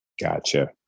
Gotcha